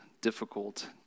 difficult